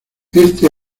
este